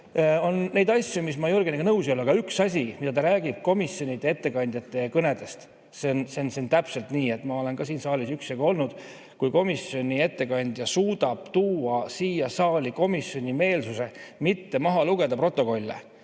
On neid asju, milles ma Jürgeniga nõus ei ole, aga üks asi, mida ta räägib komisjonide ettekandjate kõnede kohta, on täpselt nii. Ma olen ka siin saalis üksjagu olnud. Kui komisjoni ettekandja suudab tuua siia saali komisjoni meelsuse, mitte maha lugeda protokolle,